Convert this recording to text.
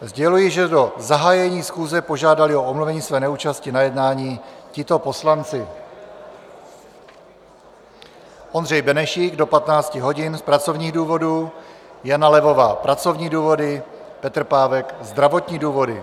Sděluji, že do zahájení schůze požádali o omluvení své neúčasti na jednání tito poslanci: Ondřej Benešík do 15.00 hodin z pracovních důvodů, Jana Levová pracovní důvody, Petr Pávek zdravotní důvody.